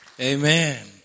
Amen